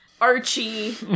Archie